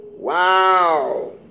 Wow